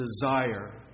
desire